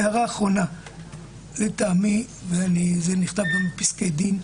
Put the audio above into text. הערה אחרונה, לטעמי, וזה נכתב גם בפסקי דין,